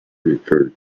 refer